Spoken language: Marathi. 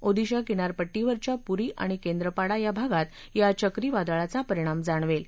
ओदिशा किनारपट्टीवरच्या पुरी आणि केंद्रापाडा या भागात या चक्रीवादळाचा परिणाम जाणवेल